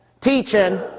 teaching